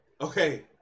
Okay